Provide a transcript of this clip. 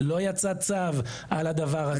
לא יצא צו על הדבר הזה.